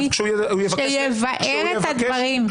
שיבאר את הדברים,